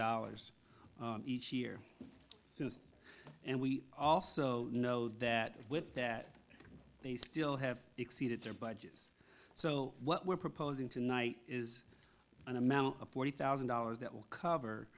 dollars each year since and we also know that with that they still have exceeded their budgets so what we're proposing tonight is an amount of forty thousand dollars that will cover